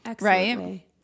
Right